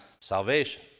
salvation